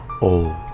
Old